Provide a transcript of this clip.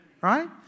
right